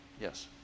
Yes